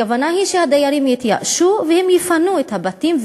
הכוונה היא שהדיירים יתייאשו ויפנו את הבתים.